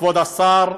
כבוד השר,